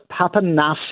papanasi